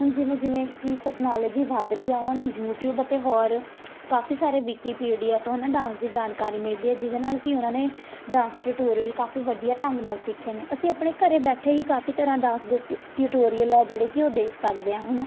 ਹੁਣ ਜਿਵੇਂ ਜਿਵੇਂ ਕਿ ਤਕਨੋਲਜੀ ਵਧ ਰਹੀ ਹੈ ਉਹਨਾਂ ਨੂੰ ਯੂਟਿਊਬ ਅਤੇ ਹੋਰ ਕਾਫੀ ਸਾਰੇ ਵਿਕੀਪੀਡੀਆ ਤੋਂ ਹੈ ਨਾ ਡਾਂਸ ਦੀ ਜਾਣਕਾਰੀ ਮਿਲਦੀ ਹੈ ਜਿਹਦੇ ਨਾਲ ਕਿ ਓਹਨਾਂ ਨੇ ਡਾਂਸ ਟਟੋਰੀਅਲ ਕਾਫੀ ਵਧੀਆ ਢੰਗ ਨਾਲ ਸਿੱਖੇ ਨੇ ਅਸੀਂ ਆਪਣੇ ਘਰ ਬੈਠੇ ਹੀ ਕਾਫੀ ਤਰ੍ਹਾਂ ਦਾ ਡਾਂਸ ਟੀਟੋਰੀਅਲ ਹੈ ਜਿਹੜੇ ਕਿ ਦੇਖ ਸਕਦੇ ਹਾਂ ਹੈ ਨਾ